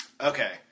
Okay